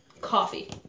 Coffee